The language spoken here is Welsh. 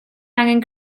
angen